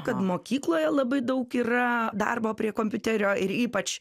kad mokykloje labai daug yra darbo prie kompiuterio ir ypač